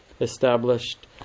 established